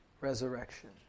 resurrection